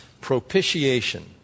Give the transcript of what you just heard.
Propitiation